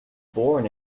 born